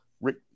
Rick